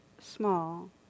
small